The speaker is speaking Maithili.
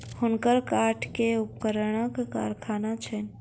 हुनकर काठ के उपकरणक कारखाना छैन